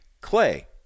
clay